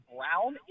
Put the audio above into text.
Brown